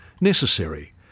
necessary